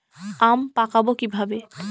আম পাকাবো কিভাবে?